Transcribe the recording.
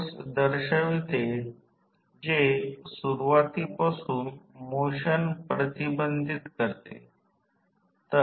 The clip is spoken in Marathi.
याकडे दुर्लक्ष केले कारण येथे हा तोटा अत्यंत नगण्य असेल